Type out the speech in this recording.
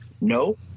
No